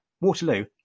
Waterloo